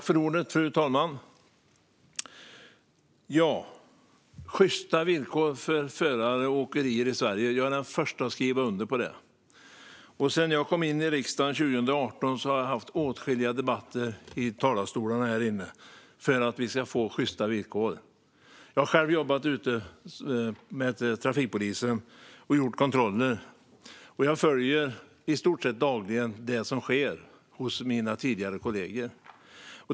Fru talman! Sjysta villkor för förare och åkerier i Sverige är jag den förste att skriva under på. Sedan jag kom in i riksdagen 2018 har jag haft åtskilliga debatter i dessa talarstolar för att vi ska få sjysta villkor. Jag har själv jobbat ute med trafikpolisen och gjort kontroller, och jag följer i stort sett dagligen det som sker hos mina tidigare kollegor.